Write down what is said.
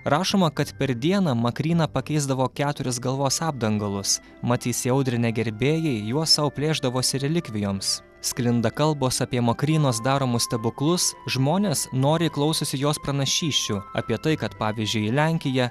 rašoma kad per dieną makryna pakeisdavo keturis galvos apdangalus mat įsiaudrinę gerbėjai juos sau plėšdavosi relikvijoms sklinda kalbos apie makrynos daromus stebuklus žmonės noriai klausosi jos pranašysčių apie tai kad pavyzdžiui lenkija